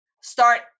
start